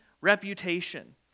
reputation